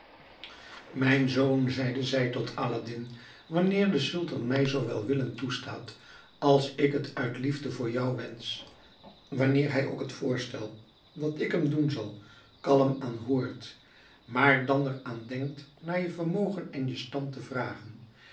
mijn zoon zeide zij tot aladdin wanneer de sultan mij zoo welwillend toelaat als ik het uit liefde voor jou wensch wanneer hij ook het voorstel dat ik hem doen zal kalm aanhoort maar dan er aan denkt naar je vermogen en je stand te vragen en